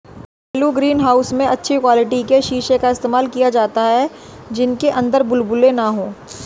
घरेलू greenhouse में अच्छी क्वालिटी के शीशे का इस्तेमाल किया जाता है जिनके अंदर बुलबुले ना हो